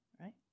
right